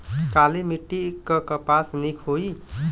काली मिट्टी क फसल नीक होई?